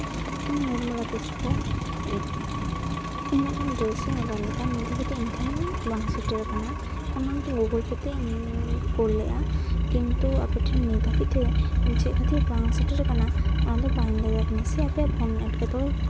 ᱤᱧ ᱱᱤᱨᱢᱚᱞᱟ ᱠᱤᱥᱠᱩ ᱤᱧ ᱢᱤᱫᱴᱟᱝ ᱰᱨᱮᱥ ᱤᱧ ᱚᱰᱟᱨ ᱞᱮᱫᱟ ᱱᱤᱛ ᱦᱟᱹᱵᱤᱡ ᱛᱮ ᱤᱧ ᱴᱷᱮᱱ ᱵᱟᱝ ᱥᱮᱴᱮᱨ ᱠᱟᱱᱟ ᱚᱱᱟ ᱫᱚ ᱜᱩᱜᱳᱞ ᱯᱮ ᱛᱮᱧ ᱠᱩᱞ ᱞᱮᱫᱟ ᱠᱤᱱᱛᱩ ᱟᱯᱮ ᱴᱷᱮᱱ ᱱᱤᱛ ᱦᱟᱹᱵᱤᱡ ᱛᱮ ᱪᱮᱫ ᱠᱷᱟᱹᱛᱤᱨ ᱵᱟᱝ ᱥᱮᱴᱮᱨ ᱠᱟᱱᱟ ᱚᱱᱟ ᱫᱚ ᱵᱟᱹᱧ ᱞᱟᱹᱭ ᱫᱟᱲᱮᱭᱟᱜ ᱠᱟᱱᱟ ᱥᱮ ᱟᱯᱮᱭᱟᱜ ᱯᱷᱳᱱ ᱮᱸᱴᱠᱮᱴᱚᱬᱮ